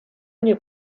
nie